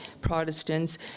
Protestants